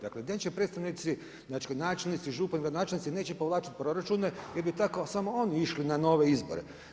Dakle neće predstavnici, znači načelnici, župani, gradonačelnici, neće povlačiti proračune jer bi tako samo oni išli na nove izbore.